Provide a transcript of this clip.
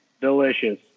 Delicious